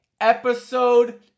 episode